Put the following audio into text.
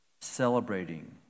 celebrating